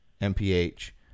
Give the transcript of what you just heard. MPH